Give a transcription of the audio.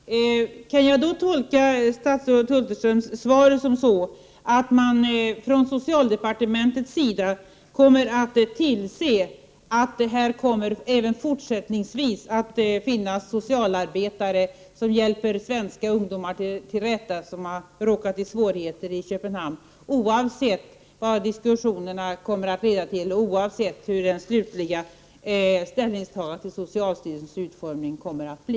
Herr talman! Kan jag då tolka statsrådet Hulterströms svar på så sätt att man från socialdepartementets sida även fortsättningsvis kommer att tillse att socialarbetare i Köpenhamn hjälper svenska ungdomar i svårigheter till rätta — oavsett vad diskussionerna kommer att leda till och oavsett hur det slutliga ställningstagandet till socialstyrelsens utformning kommer att bli?